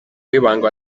w’ibanga